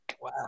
Wow